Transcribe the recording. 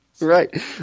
Right